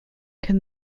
can